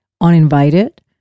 uninvited